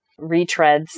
retreads